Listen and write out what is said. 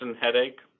headache